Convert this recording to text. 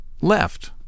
left